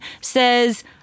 says